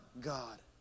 God